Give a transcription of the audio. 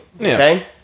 Okay